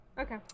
Okay